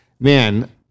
Man